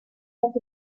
bet